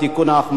הדלתות היו סגורות